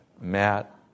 Matt